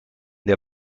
der